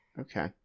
Okay